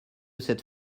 cette